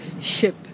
ship